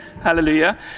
hallelujah